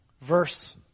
verse